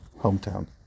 hometown